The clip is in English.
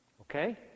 Okay